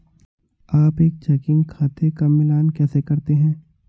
आप एक चेकिंग खाते का मिलान कैसे करते हैं?